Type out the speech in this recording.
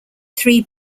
three